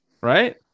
Right